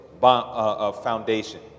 foundation